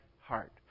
heart